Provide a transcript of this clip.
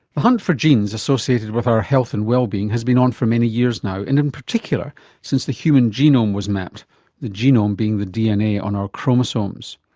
the hunt for genes associated with our health and wellbeing has been on for many years now and in particular since the human genome was mapped the genome being the dna on our chromosomes.